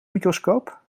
microscoop